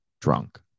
drunk